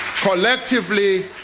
collectively